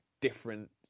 different